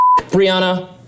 Brianna